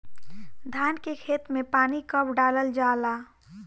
धान के खेत मे पानी कब डालल जा ला?